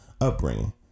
upbringing